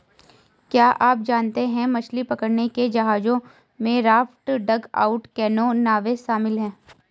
क्या आप जानते है मछली पकड़ने के जहाजों में राफ्ट, डगआउट कैनो, नावें शामिल है?